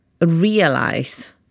realize